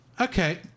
Okay